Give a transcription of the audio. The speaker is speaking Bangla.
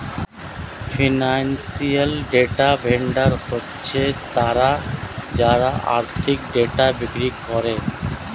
ফিনান্সিয়াল ডেটা ভেন্ডর হচ্ছে তারা যারা আর্থিক ডেটা বিক্রি করে